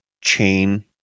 chain